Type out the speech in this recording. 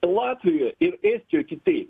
latvijoj ir estijoj kitaip